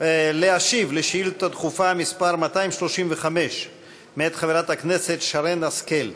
להשיב לשאילתה דחופה מס' 235 מאת חברת הכנסת שרן השכל.